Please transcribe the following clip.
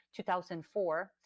2004